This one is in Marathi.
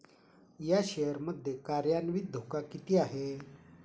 या शेअर मध्ये कार्यान्वित धोका किती आहे?